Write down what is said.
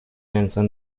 انسان